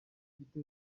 afite